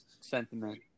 sentiment